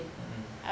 mmhmm